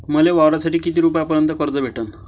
मले वावरासाठी किती रुपयापर्यंत कर्ज भेटन?